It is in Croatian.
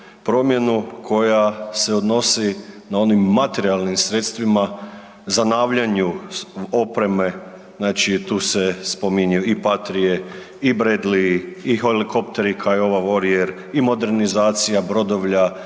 Promjenu koja se odnosi na onim materijalnim sredstvima, zanavljanju opreme, znači tu se spominju i Partije, i Bradley, i helikopteri Kiowa warrior i modernizacija brodovlja,